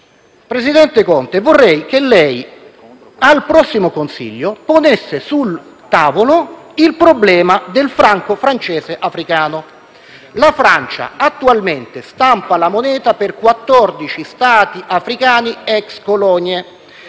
presidente Conte, vorrei che lei, al prossimo Consiglio, ponesse sul tavolo il problema del franco francese africano. La Francia attualmente stampa la moneta per 14 Stati africani *ex* colonie.